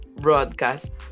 broadcast